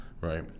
right